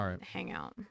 hangout